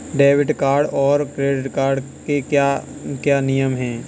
Debit card और credit card के क्या क्या नियम हैं?